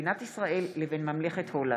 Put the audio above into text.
סוציאלי בין מדינת ישראל לבין ממלכת הולנד.